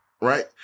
right